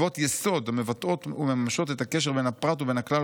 מצוות יסוד המבטאות ומממשות את הקשר בין הפרט ובין הכלל,